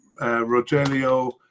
Rogelio